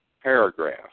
paragraph